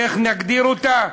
איך נגדיר אותה?